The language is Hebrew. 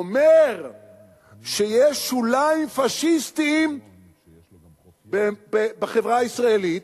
אומר עליו שיש שוליים פאשיסטיים בחברה הישראלית,